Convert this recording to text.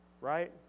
right